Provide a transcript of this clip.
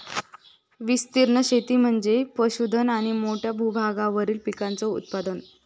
विस्तीर्ण शेती म्हणजे पशुधन आणि मोठ्या भूभागावरील पिकांचे उत्पादन